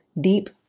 deep